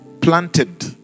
planted